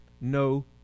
no